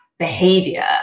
behavior